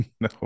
No